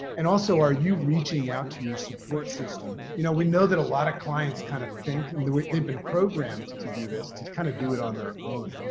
and also, are you reaching out to your support system? you know we know that a lot of clients kind of think, and they've been programed to do this, to kind of do it on their own.